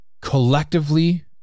collectively